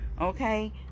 okay